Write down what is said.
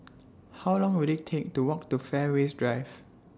How Long Will IT Take to Walk to Fairways Drive